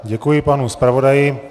Děkuji panu zpravodaji.